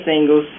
singles